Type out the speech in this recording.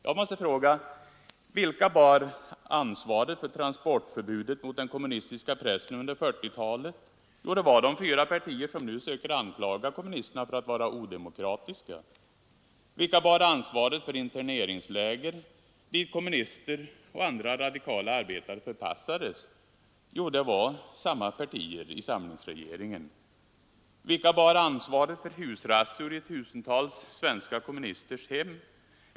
Jag måste fråga: Vilka bar ansvaret för transportförbudet mot den kommunistiska pressen under 1940-talet? Jo, det var de fyra partier som nu söker anklaga kommunisterna för att vara odemokratiska. Vilka bar ansvaret för interneringsläger, dit kommunister och andra radikala arbetare förpassades? Jo, det var samma partier i samlingsregeringen. Vilka bar ansvaret för husrazzior i tusentals svenska kommunisters hem?